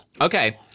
Okay